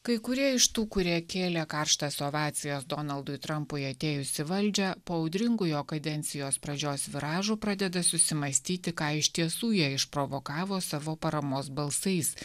kai kurie iš tų kurie kėlė karštas ovacijas donaldui trampui atėjus į valdžią po audringų jo kadencijos pradžios viražų pradeda susimąstyti ką iš tiesų jie išprovokavo savo paramos balsais